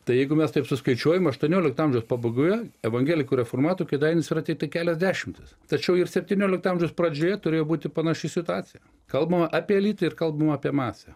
tai jeigu mes taip suskaičiuojam aštuoniolikto amžiaus pabaigoje evangelikų reformatų kėdainiuose yra tiktai kelios dešimtys tačiau ir septyniolikto amžiaus pradžioje turėjo būti panaši situacija kalbam apie lytį ir kalbam apie masę